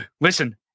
listen